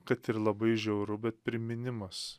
kad ir labai žiauru bet priminimas